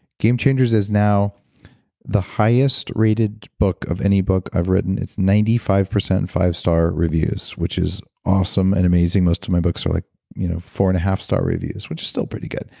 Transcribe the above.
game changers is now the highest rated book of any book i've written. it's ninety five percent five star reviews which is awesome and amazing. most of my books are like you know four and a half star reviews which is still pretty good.